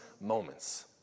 moments